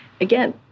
Again